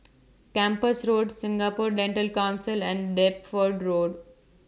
Kempas Road Singapore Dental Council and Deptford Road